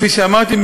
כפי שאמרתי,